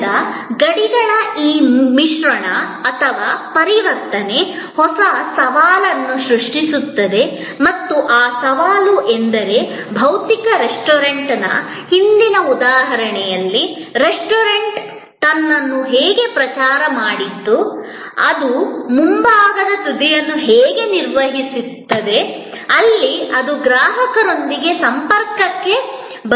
ಆದ್ದರಿಂದ ಗಡಿಗಳ ಈ ಮಿಶ್ರಣ ಅಥವಾ ಪರಿವರ್ತನೆ ಹೊಸ ಸವಾಲನ್ನು ಸೃಷ್ಟಿಸುತ್ತದೆ ಮತ್ತು ಆ ಸವಾಲು ಎಂದರೆ ಭೌತಿಕ ರೆಸ್ಟೋರೆಂಟ್ನ ಹಿಂದಿನ ಉದಾಹರಣೆಯಲ್ಲಿ ರೆಸ್ಟೋರೆಂಟ್ ತನ್ನನ್ನು ಹೇಗೆ ಪ್ರಚಾರ ಮಾಡಿತು ಅದು ಮುಂಭಾಗದ ದಾರಿಯನ್ನು ಹೇಗೆ ನಿರ್ವಹಿಸುತ್ತದೆ ಅಲ್ಲಿ ಅದು ಗ್ರಾಹಕರೊಂದಿಗೆ ಸಂಪರ್ಕಕ್ಕೆ ಬರುತ್ತದೆ